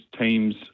teams